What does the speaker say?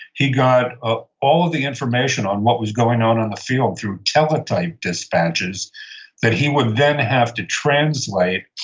he got ah all of the information on what was going on, on the field through teletype dispatches that he would then have to translate,